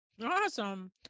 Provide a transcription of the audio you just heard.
Awesome